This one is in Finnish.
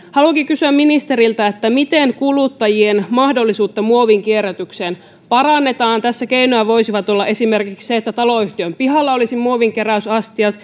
haluankin kysyä ministeriltä miten kuluttajien mahdollisuutta muovin kierrätykseen parannetaan tässä keino voisi olla esimerkiksi se että taloyhtiön pihalla olisi muovinkeräysastiat